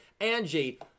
Angie